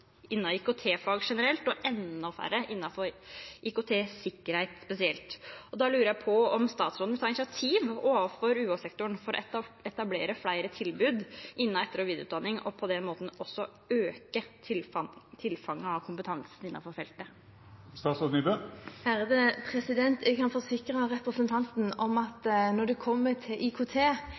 generelt og enda færre innenfor IKT-sikkerhet spesielt. Da lurer jeg på om statsråden vil ta initiativ overfor UH-sektoren for å etablere flere tilbud innen etter- og videreutdanning og på den måten øke tilfanget av kompetanse på feltet. Jeg kan forsikre representanten om at når det kommer til IKT,